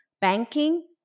banking